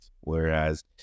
Whereas